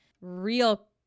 real